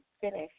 finish